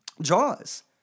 Jaws